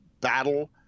Battle